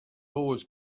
always